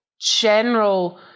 general